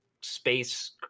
space